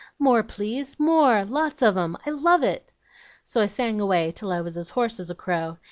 more, please more, lots of em! i love it so i sang away till i was as hoarse as a crow,